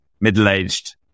middle-aged